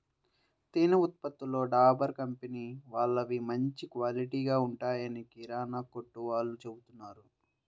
తేనె ఉత్పత్తులలో డాబర్ కంపెనీ వాళ్ళవి మంచి క్వాలిటీగా ఉంటాయని కిరానా కొట్టు వాళ్ళు చెబుతున్నారు